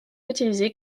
utilisé